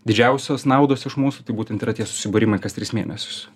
didžiausios naudos iš mūsų tai būtent yra tie susibūrimai kas tris mėnesius